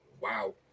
Wow